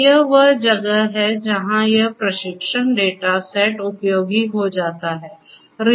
तो यह वह जगह है जहाँ यह प्रशिक्षण डेटा सेट उपयोगी हो जाता है